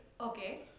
okay